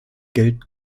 geld